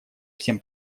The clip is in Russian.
всем